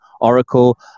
Oracle